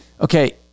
okay